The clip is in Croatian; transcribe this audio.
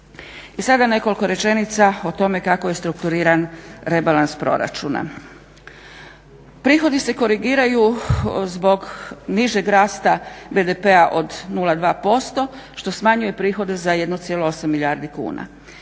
I sada nekoliko rečenica o tome kako je strukturiran rebalans proračuna. Prihodi se korigiraju zbog nižeg rasta BDP-a od 0,2% što smanjuje prihode za 1,8 milijardi kuna.